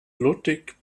ludwig